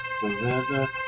forever